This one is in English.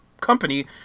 company